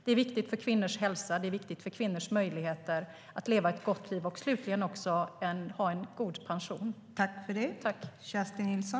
Det är viktigt för kvinnors hälsa. Det är viktigt för kvinnors möjligheter att leva ett gott liv och också ha en god pension.